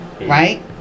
right